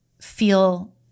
feel